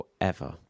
Forever